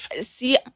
See